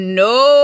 no